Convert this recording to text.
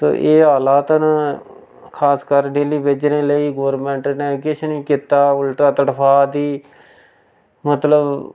तो एह् हालात न खासकर डेल्ली बेजरें लेई गौरमैंट ने किश निं कीता उल्टा तड़फा दी मतलब